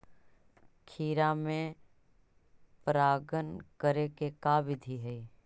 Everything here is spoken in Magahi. खिरा मे परागण करे के का बिधि है?